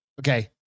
Okay